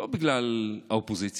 לא בגלל האופוזיציה